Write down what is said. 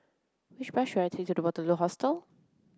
which bus should I take to Waterloo Hostel